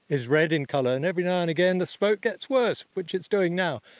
is red in colour, and every now and again the smoke gets worse, which it's doing now.